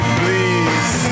please